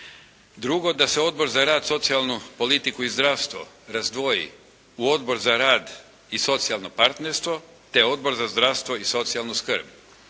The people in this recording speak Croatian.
Drugo, da se Odbor za rad, socijalnu politiku i zdravstvo razdvoji u Odbor za rad i socijalno partnerstvo te Odbor za zdravstvo i socijalnu skrb.